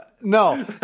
no